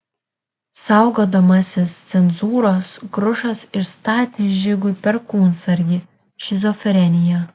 saugodamasis cenzūros grušas išstatė žigui perkūnsargį šizofreniją